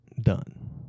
done